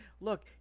Look